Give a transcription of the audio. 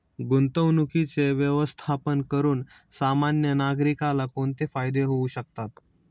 गुंतवणुकीचे व्यवस्थापन करून सामान्य नागरिकाला कोणते फायदे होऊ शकतात?